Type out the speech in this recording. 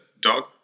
dog